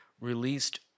released